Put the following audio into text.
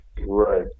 Right